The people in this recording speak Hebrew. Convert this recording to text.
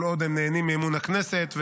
כל עוד הם נהנים מאמון הכנסת.